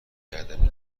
بیادبی